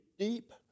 deep